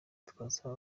twasaba